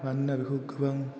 मानोना बेखौ गोबां